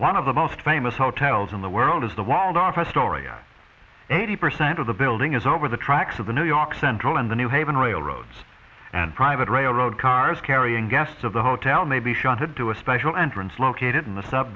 one of the most famous hotels in the world is the waldorf astoria eighty percent of the building is over the tracks of the new york central and the new haven railroads and private railroad cars carrying guests of the hotel may be shunted to a special entrance located in the sub